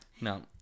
No